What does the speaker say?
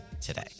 today